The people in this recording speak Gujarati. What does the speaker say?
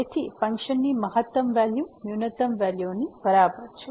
તેથી ફંક્શનની મહત્તમ વેલ્યુ ન્યૂનતમ વેલ્યુની બરાબર છે